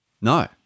No